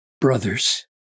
brothers